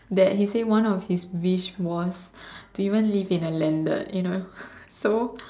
that he said one of his wish was to even live in a landed